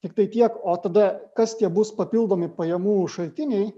tiktai tiek o tada kas tie bus papildomi pajamų šaltiniai